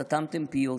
סתמתם פיות,